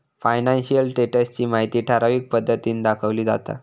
financial status ची माहिती ठराविक पद्धतीन दाखवली जाता